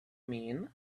mean